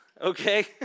Okay